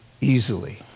easily